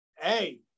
hey